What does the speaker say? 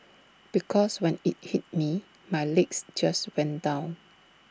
because when IT hit me my legs just went down